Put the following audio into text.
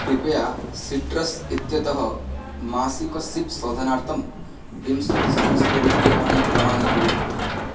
कृपया सिट्रस् इत्यतः मासिक सिप् शोधनार्थं विंशतिसहस्ररूप्यकाणि प्रमाणीकुरु